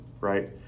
right